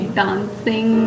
dancing